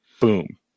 Boom